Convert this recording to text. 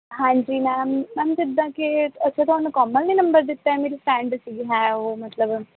ਹਾਂਜੀ ma'am ma'am ਜਿੱਦਾਂ ਕਿ ਅੱਛਾ ਤੁਹਾਨੂੰ ਕੋਮਲ ਨੇ ਨੰਬਰ ਦਿੱਤਾ ਮੇਰੀ ਫਰੈਂਡ ਸੀ ਹੈ ਉਹ ਮਤਲਬ